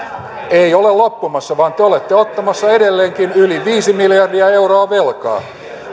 ei ole loppumassa vaan te olette ottamassa edelleenkin yli viisi miljardia euroa velkaa